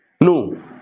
No